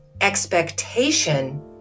expectation